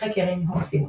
קראקרים הורסים אותם",